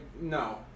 no